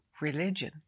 religion